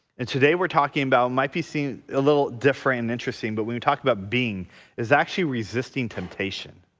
and today we're talking about might be seeing a little different and interesting but we we talk about being is actually resisting temptation.